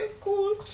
cool